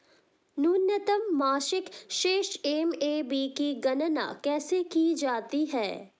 न्यूनतम मासिक शेष एम.ए.बी की गणना कैसे की जाती है?